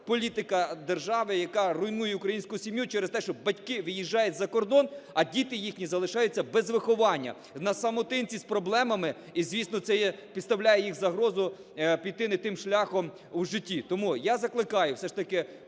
політика держави, яка руйнує українську сім'ю через те, що батьки виїжджають за кордон, а діти їхні залишаються без виховання, на самотинці з проблемами. І, звісно, це підставляє їх під загрозу піти не тим шляхом у житті. Тому я закликаю все ж таки